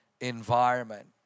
environment